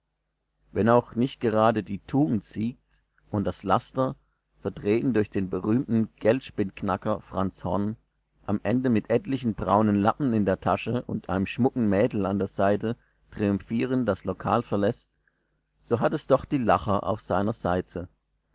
wenn auch nicht gerade die tugend siegt und das laster vertreten durch den berühmten geldspindknacker franz horn am ende mit etlichen braunen lappen in der tasche und einem schmucken mädel an der seite triumphierend das lokal verläßt so hat es doch die lacher auf seiner seite